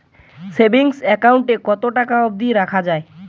Savings account এ কতো টাকা অব্দি রাখা যায়?